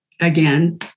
Again